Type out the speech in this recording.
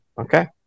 Okay